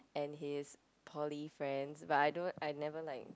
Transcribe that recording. and his poly friends but I don't I never like